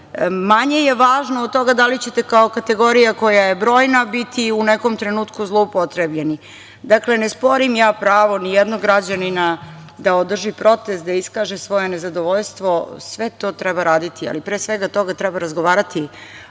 manje je važno od toga da li ćete kao kategorija koja je brojna biti u nekom trenutku zloupotrebljeni. Dakle, ne sporim ja pravo ni jednog građanina da održi protest, da iskaže svoje nezadovoljstvo. Sve to treba raditi, ali pre svega toga treba razgovarati